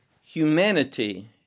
humanity